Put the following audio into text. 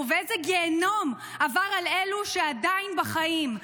ואיזה גיהינום עבר על אלו שעדיין בחיים.